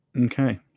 okay